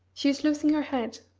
she is losing her head.